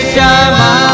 Shama